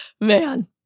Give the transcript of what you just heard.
Man